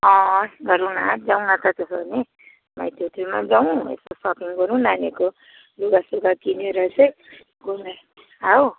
अँ गरौँ न जाउँ न त त्यसो भने माइती होटेलमा पनि जाउँ यस्तो सपिङ गरौँ नानीहरूको लुगासुगा किनेर चाहिँ घुमेर आउँ